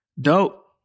dope